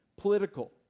political